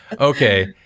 Okay